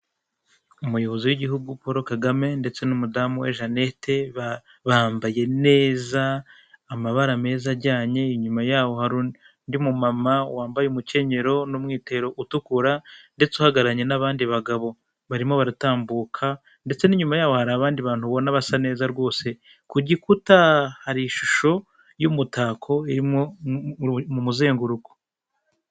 Umuyobozi w'igihugu Paul Kagame ndetse n'umudamu we Jeannette bambaye neza amabara meza ajyanye, inyuma yaho hari undi mu mama wambaye umukenyero n'umwitero utukura, ndetse uhagararanye n'abandi bagabo barimo baratambuka, ndetse n'inyuma yaho hari abandi bantu ubona basa neza rwose, ku gikuta hari ishusho y'umutako irimo mu muzenguruko.